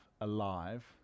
alive